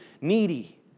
needy